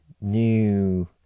new